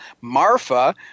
Marfa